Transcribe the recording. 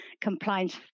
compliance